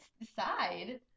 decide